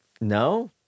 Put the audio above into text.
No